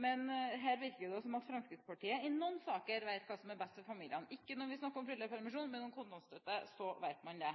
Men her virker det som om Fremskrittspartiet i noen saker vet hva som er best for familien. Ikke når vi snakker om foreldrepermisjon, men når det gjelder kontantstøtte, vet man det.